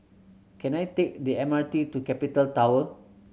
can I take the M R T to Capital Tower